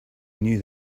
knew